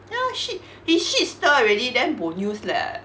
ya shit he shit stir already then bo news leh